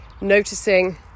noticing